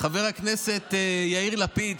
חבר הכנסת יאיר לפיד,